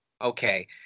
Okay